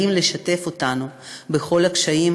באים לשתף אותנו בכל הקשיים,